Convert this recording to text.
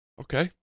okay